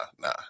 nah